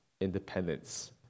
independence